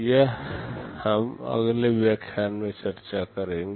यह हम अगले व्याख्यान में चर्चा करेंगे